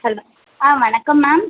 hello ஆ வணக்கம் ma'am